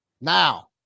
Now